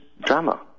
drama